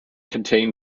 contain